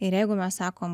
ir jeigu mes sakom